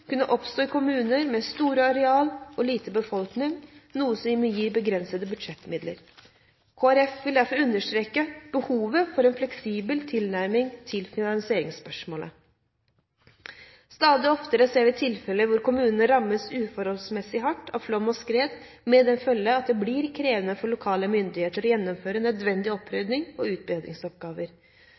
kunne oppstå i kommuner med stort areal og liten befolkning, noe som gir begrensede budsjettmidler. Kristelig Folkeparti vil derfor understreke behovet for en fleksibel tilnærming til finansieringsspørsmålet. Stadig oftere ser vi tilfeller hvor kommuner rammes uforholdsmessig hardt av flom og skred, med den følge at det blir krevende for lokale myndigheter å gjennomføre nødvendig opprydding og utbedringsoppgaver.